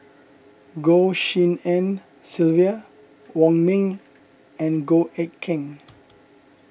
Goh Tshin En Sylvia Wong Ming and Goh Eck Kheng